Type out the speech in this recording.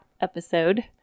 episode